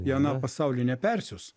į aną pasaulį nepersiųs